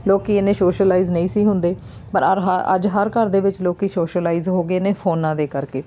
ਲੋਕ ਐਨੇ ਸੋਸ਼ਲਾਈਜ਼ ਨਹੀਂ ਸੀ ਹੁੰਦੇ ਪਰ ਅਰ ਹਰ ਅੱਜ ਹਰ ਘਰ ਦੇ ਵਿੱਚ ਲੋਕ ਸੋਸ਼ਲਾਈਜ਼ ਹੋ ਗਏ ਨੇ ਫੋਨਾਂ ਦੇ ਕਰਕੇ